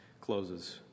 closes